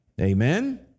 Amen